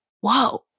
whoa